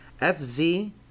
FZ